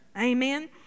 Amen